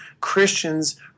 Christians